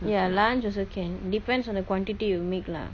ya lunch also can depends on the quantity you make lah